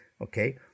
Okay